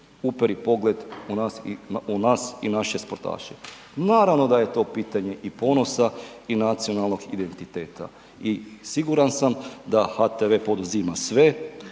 uperi pogled u nas i naše sportaše. Naravno da je to pitanje i ponosa i nacionalnog identiteta i siguran sam da HTV poduzima sve